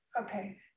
okay